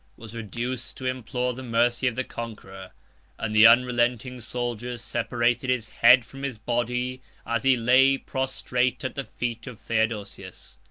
was reduced to implore the mercy of the conqueror and the unrelenting soldiers separated his head from his body as he lay prostrate at the feet of theodosius.